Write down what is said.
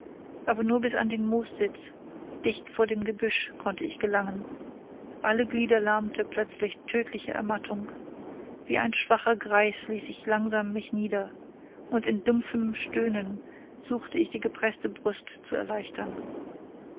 aber nur bis an den moossitz dicht vor dem gebüsch konnte ich gelangen alle glieder lahmte plötzlich tödliche ermattung wie ein schwacher greis ließ ich langsam mich nieder und in dumpfem stöhnen suchte ich die gepreßte brust zu erleichtern